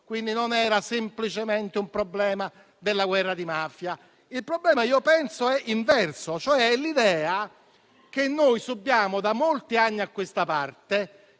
Quindi, non era semplicemente un problema di guerra di mafia. Il problema penso che sia inverso, ossia l'idea, che subiamo da molti anni a questa parte